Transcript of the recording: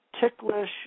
ticklish